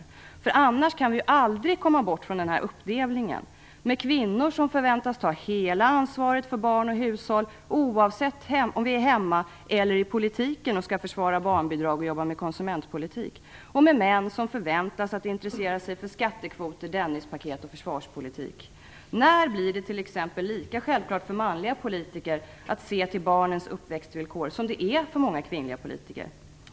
Vi kan annars aldrig komma bort från denna uppdelning, med kvinnor som förväntas ta hela ansvaret för barn och hushåll, oavsett om vi är hemma eller i politiken och skall försvara barnbidrag och jobba med konsumentpolitik, och med män som förväntas intressera sig för skattekvoter, Dennispaket och försvarspolitik. När blir det t.ex. lika självklart för manliga politiker att se till barnens uppväxtvillkor som det är för många kvinnliga politiker?